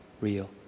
real